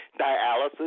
dialysis